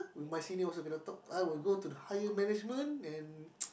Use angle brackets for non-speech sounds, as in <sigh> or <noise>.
with my senior also cannot talk I will go to the higher management and <noise>